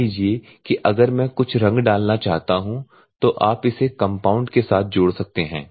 मान लीजिए कि अगर मैं कुछ रंग डालना चाहता हूं तो आप इसे कम्पाउन्ड के साथ जोड़ सकते हैं